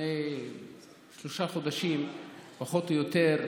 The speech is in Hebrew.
לפני שלושה חודשים פחות או יותר,